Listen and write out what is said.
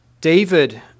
David